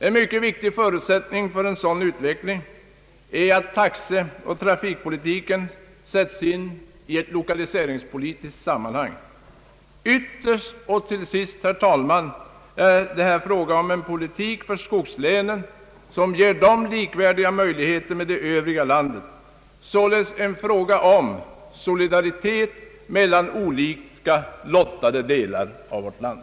En viktig förutsättning för en sådan utveckling är att taxeoch trafikpolitiken sätts in i ett lokaliseringspolitiskt sammanhang. Ytterst och till sist, herr talman, är det fråga om en politik, som ger skogslänens invånare likvärdiga möjligheter med det övriga landets, således en fråga om solidaritet mellan olika lottade delar av vårt land.